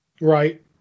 Right